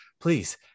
Please